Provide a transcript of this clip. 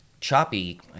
choppy